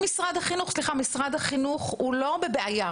שהייתה בעצם תוכנית בנגלה הראשונה של הקרן לקידום מדעי הרוח,